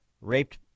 Raped